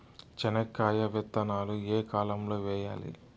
చెనక్కాయ విత్తనాలు ఏ కాలం లో వేయాలి?